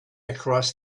across